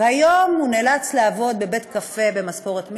והיום הוא נאלץ לעבוד בבית-קפה במשכורת מינימום,